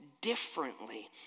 differently